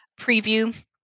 preview